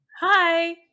Hi